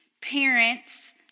parents